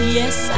yes